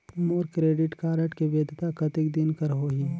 मोर credit card के वैधता कतेक दिन कर होही?